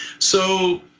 so,